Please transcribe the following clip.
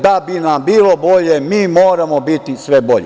Da bi nam bilo bolje mi moramo biti sve bolji.